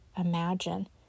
imagine